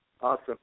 awesome